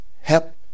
help